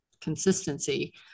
consistency